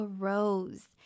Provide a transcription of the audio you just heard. arose